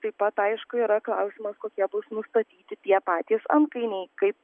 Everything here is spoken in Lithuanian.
taip pat aišku yra klausimas kokie bus nustatyti tie patys antkainiai kaip